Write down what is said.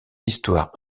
histoire